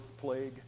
plague